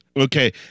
Okay